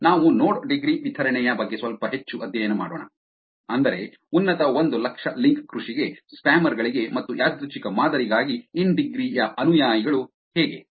ನಾವು node degree ವಿತರಣೆಯ ಬಗ್ಗೆ ಸ್ವಲ್ಪ ಹೆಚ್ಚು ಅಧ್ಯಯನ ಮಾಡೋಣ ಅಂದರೆ ಉನ್ನತ ಒಂದು ಲಕ್ಷ ಲಿಂಕ್ ಕೃಷಿಗೆ ಸ್ಪ್ಯಾಮರ್ ಗಳಿಗೆ ಮತ್ತು ಯಾದೃಚ್ಛಿಕ ಮಾದರಿಗಾಗಿ ಇನ್ ಡಿಗ್ರಿ ಯ ಅನುಯಾಯಿಗಳು ಹೇಗೆ